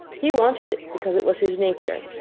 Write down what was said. he wanted it because it was his nature,